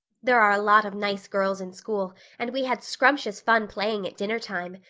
there are a lot of nice girls in school and we had scrumptious fun playing at dinnertime.